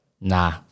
Nah